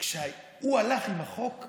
הוא הלך עם החוק ישר,